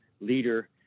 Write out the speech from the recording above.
leader